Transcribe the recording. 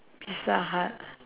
pizza-hut